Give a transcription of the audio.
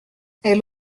elle